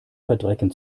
verdrecken